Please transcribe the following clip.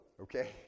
okay